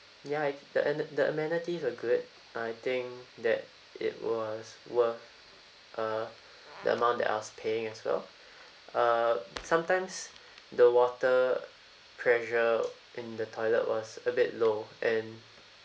ya the ame~ the amenities were good I think that it was worth uh the amount that I was paying as well uh sometimes the water pressure in the toilet was a bit low and